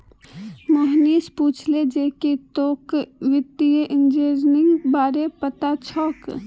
मोहनीश पूछले जे की तोक वित्तीय इंजीनियरिंगेर बार पता छोक